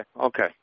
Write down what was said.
okay